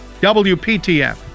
WPTF